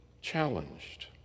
challenged